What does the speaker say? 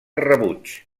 rebuig